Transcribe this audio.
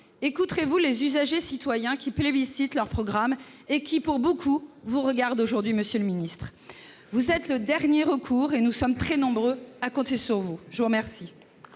écouterez-vous les usagers-citoyens qui plébiscitent leurs programmes et qui, pour beaucoup d'entre eux, vous regardent aujourd'hui ? Monsieur le ministre, vous êtes le dernier recours, et nous sommes très nombreux à compter sur vous ! La parole